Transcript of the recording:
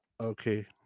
Okay